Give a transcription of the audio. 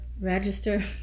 register